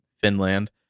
Finland